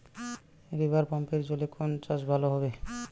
রিভারপাম্পের জলে কোন চাষ ভালো হবে?